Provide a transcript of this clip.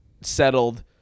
settled